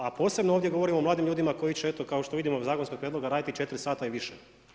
A posebno ovdje govorim o mladim ljudima koji će eto, kao što vidimo zakonski prijedlog raditi 4 sata i više.